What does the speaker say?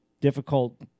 difficult